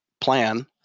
plan